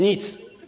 Nic.